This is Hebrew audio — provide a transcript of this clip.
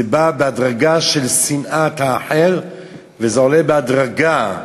זה בא בהדרגה, שנאת האחר, וזה עולה בהדרגה.